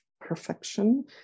perfection